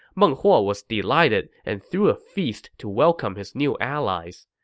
meng huo was delighted and threw a feast to welcome his new allies.